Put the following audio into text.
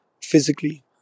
physically